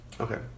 Okay